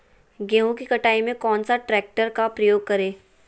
गेंहू की कटाई में कौन सा ट्रैक्टर का प्रयोग करें?